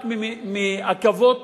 רק בגלל עכבות